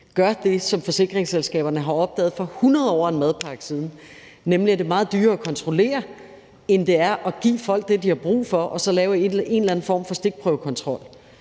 af det, som forsikringsselskaberne har opdaget for hundred år og en madpakke siden, nemlig at det er meget dyrere at kontrollere, end det er at give folk det, de har brug for, og så lave en eller anden form for stikprøvekontrol.